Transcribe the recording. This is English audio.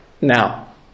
now